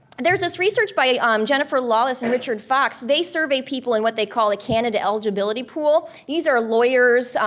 and there's this research by um jennifer laweless and richard fox, they survey people in what they call a candidate eligibility pool. these are lawyers,